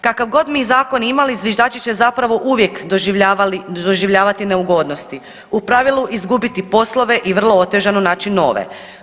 Kakav god mi zakon imali zviždači će zapravo uvijek doživljavati neugodnosti, u pravilu izgubiti poslove i vrlo otežano naći nove.